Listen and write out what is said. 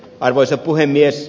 arvoisa puhemies